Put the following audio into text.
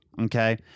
Okay